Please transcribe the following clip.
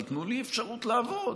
אבל תנו לי אפשרות לעבוד.